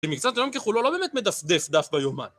שמקצת היום ככולו לא באמת מדפדף דף ביומן.